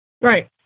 right